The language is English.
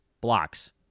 blocks